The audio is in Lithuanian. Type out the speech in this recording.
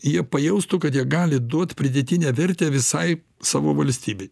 jie pajaustų kad jie gali duot pridėtinę vertę visai savo valstybei